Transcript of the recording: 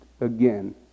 again